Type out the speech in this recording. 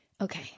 Okay